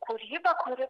kūrybą kuri